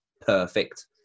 perfect